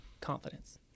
confidence